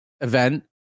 event